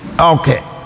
okay